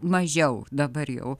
mažiau dabar jau